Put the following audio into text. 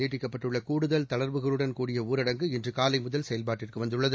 நீட்டிக்கப்பட்டுள்ள கூடுதல் தளர்வுகளுடன் கூடிய ஊரடங்கு இன்று கூலை முதல் செயல்பாட்டுக்கு வந்துள்ளது